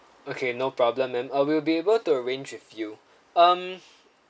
okay no problem ma'am uh we'll be able to arrange with you um